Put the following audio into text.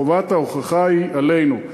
חובת ההוכחה היא עלינו.